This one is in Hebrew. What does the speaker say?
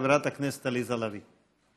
חברת הכנסת עליזה לביא.